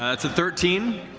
that's a thirteen?